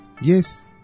Yes